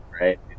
right